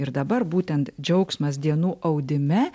ir dabar būtent džiaugsmas dienų audime